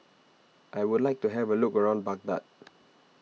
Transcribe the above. I would like to have a look around Baghdad